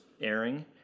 airing